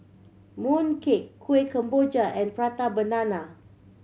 mooncake Kueh Kemboja and Prata Banana